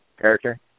character